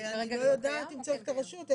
שאני לא יודעת אם צריך את הרשות.